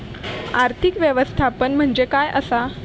आर्थिक व्यवस्थापन म्हणजे काय असा?